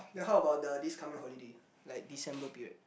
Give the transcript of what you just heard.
then like how about the this coming holiday like December period